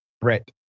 Brett